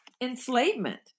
enslavement